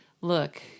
Look